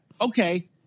Okay